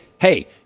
hey